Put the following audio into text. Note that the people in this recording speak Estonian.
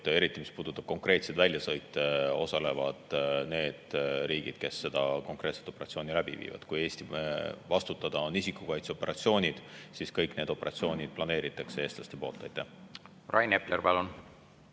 eriti, mis puudutab konkreetseid väljasõite, osalevad need riigid, kes seda konkreetset operatsiooni läbi viivad. Kui Eesti vastutada on isikukaitseoperatsioonid, siis kõik need planeeritakse eestlaste poolt. Rain Epler, palun!